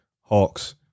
Hawks